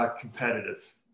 competitive